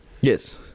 Yes